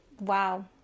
wow